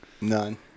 None